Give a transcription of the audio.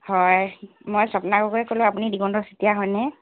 হয় মই স্বপ্না গগৈয়ে ক'লোঁ আপুনি দিগন্ত চেতিয়া হয়নে